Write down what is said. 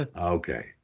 Okay